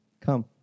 Come